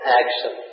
action